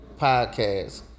podcast